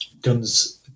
guns